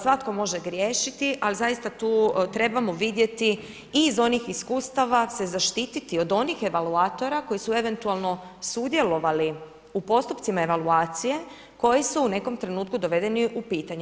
Svatko može griješiti, ali zaista tu trebamo vidjeti i iz onih iskustava se zaštititi od onih evaluatora koji su eventualno sudjelovali u postupcima evaluacije koji su u nekom trenutku dovedeni u pitanje.